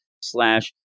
slash